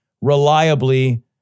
reliably